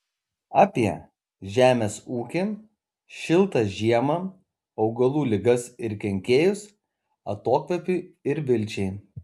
apie žemės ūkį šiltą žiemą augalų ligas ir kenkėjus atokvėpiui ir vilčiai